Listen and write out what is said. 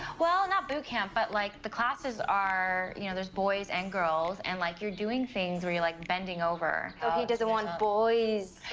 well, not boot camp, but like the classes are you know, there's boys and girls, and like you're doing things where you're like bending over. so he doesn't want boys